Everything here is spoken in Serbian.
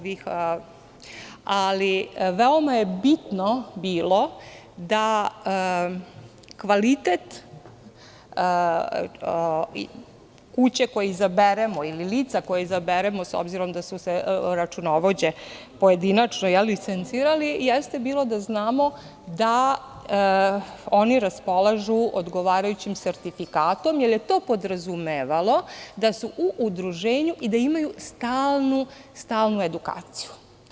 Veoma je bitno bilo da kvalitet kuće koju izaberemo ili lica koje izaberemo, s obzirom da su računovođe pojedinačno licencirali, jeste bilo da znamo da oni raspolažu odgovarajućim sertifikatom, jer je to podrazumevalo da su u udruženju i da imaju stalnu edukaciju.